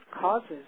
causes